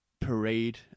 parade